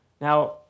Now